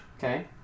Okay